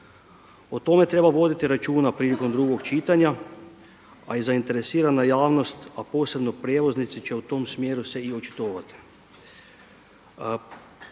O tome treba voditi računa prilikom drugog čitanja, a i zainteresirana javnost, a posebno prijevoznici će u tom smjeru se i očitovati.